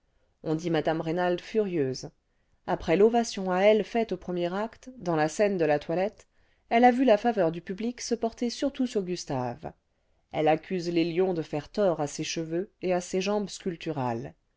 on dit m reynald furieuse après l'ovation à elle faite au premier acte dans la scène de la toilette elle a vu la faveur du public se porter surtout sur gustave elle accuse les bons de faire tort à ses cheveux et à ses jambes sculpturales